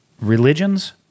religions